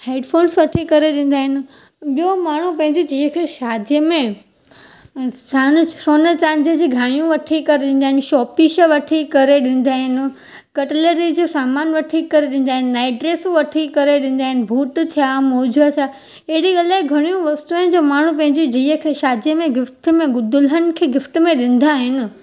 हैड फोन्स वठी करे ॾींदा आहिनि ॿियो माण्हू पंहिंजी धीअ खे शादीअ में सान सोन चांदीअ जी गाहिंयूं वठी करे ॾींदा आहिनि शॉपीश वठी करे ॾींदा आहिनि कटिलरीअ जो सामान वठी करे ॾींदा आहिनि नाईट ड्रेसूं वठी करे ॾींदा आहिनि बूट थिया मोजा थिया अहिड़ी अलाए घणियूं वस्तू आहिनि जेके माण्हू पंहिंजी धीअ खे शादी में गिफ़्ट में दुल्हन खे गिफ़्ट में ॾींदा आहिनि